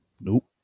nope